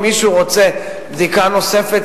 אם מישהו רוצה בדיקה נוספת,